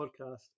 podcast